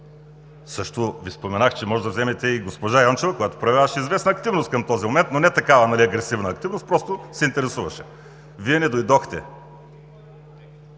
Ви също, че може да вземете и госпожа Йончева, която проявяваше известна активност към този момент, но не агресивна активност, просто се интересуваше. Вие не дойдохте!